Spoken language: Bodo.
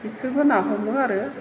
बिसोरबो ना हमो आरो